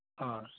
ᱦᱚᱭ